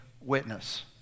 witness